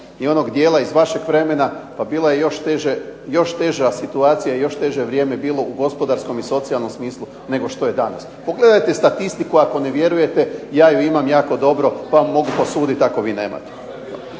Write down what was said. i onog dijela iz vašeg vremena, pa bilo je još teže, još teža situacija i još teže vrijeme bilo u gospodarskom i socijalnom smislu nego što je danas. Pogledajte statistiku ako ne vjerujete, ja ju imam jako dobro, pa vam mogu posuditi ako vi nemate.